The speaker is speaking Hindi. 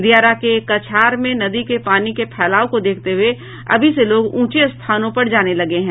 दियारा के कछार में नदी के पानी के फैलाव को देखते हुये अभी से लोग ऊंचे स्थानों पर जाने लगे हैं